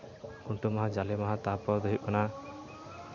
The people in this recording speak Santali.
ᱠᱷᱩᱱᱴᱟᱹᱣ ᱢᱟᱦᱟ ᱡᱟᱞᱮ ᱢᱟᱦᱟ ᱛᱟᱨᱯᱚᱨ ᱫᱚ ᱦᱩᱭᱩᱜ ᱠᱟᱱᱟ